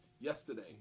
yesterday